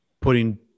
putting